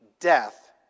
death